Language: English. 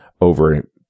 over